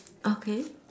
okay